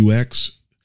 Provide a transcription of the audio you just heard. UX